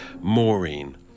Maureen